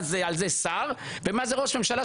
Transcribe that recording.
מה זה שר ומה זה ראש ממשלה,